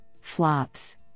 flops